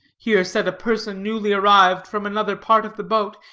here said a person newly arrived from another part of the boat,